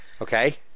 Okay